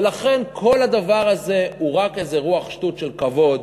ולכן, כל הדבר הזה הוא רק איזה רוח שטות של כבוד